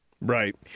Right